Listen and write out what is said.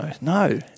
no